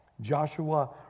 Joshua